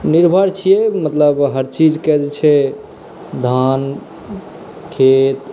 निर्भर छियै मतलब हर चीजके जे छै धान खेत